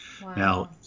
now